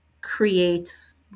creates